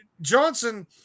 Johnson